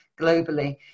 globally